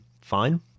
fine